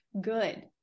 good